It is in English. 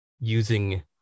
using